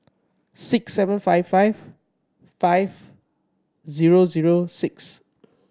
six seven five five five zero zero six